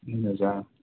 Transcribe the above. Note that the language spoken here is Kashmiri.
اَہن حظ آ